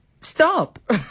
stop